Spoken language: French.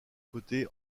côtés